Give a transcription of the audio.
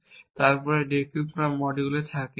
এবং তারপরে একটি ডিক্রিপ্ট করা মডিউল থাকে